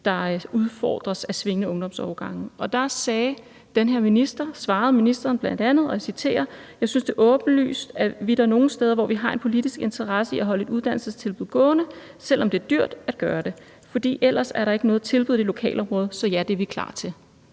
der udfordres af svingende ungdomsårgange. Da svarede den her minister bl.a., og jeg citerer: Jeg synes, det er åbenlyst, at vi da nogen steder har en politisk interesse i at holde et uddannelsestilbud gående, selv om det er dyrt at gøre det, for ellers er der ikke er noget tilbud i det lokalområde, så ja, det er vi klar til.